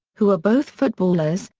who are both footballers,